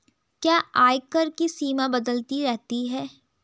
क्या आयकर की सीमा बदलती रहती है?